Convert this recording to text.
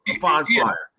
bonfire